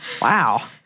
wow